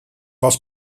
was